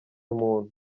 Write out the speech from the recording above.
umuntu